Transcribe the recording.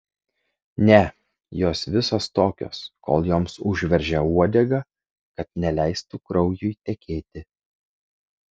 ne jos visos tokios kol joms užveržia uodegą kad neleistų kraujui tekėti